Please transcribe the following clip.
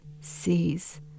sees